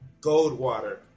Goldwater